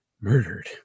murdered